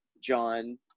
John